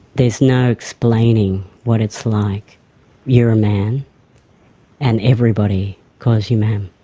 there's no explaining what it's like you're a man and everybody calls you ma'am.